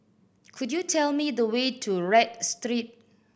could you tell me the way to Read Street